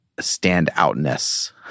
standoutness